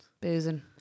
Boozing